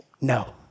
no